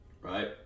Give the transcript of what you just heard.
Right